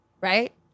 right